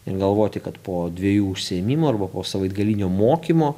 ir galvoti kad po dviejų užsiėmimų arba po savaitgalinio mokymo